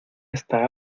esta